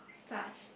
such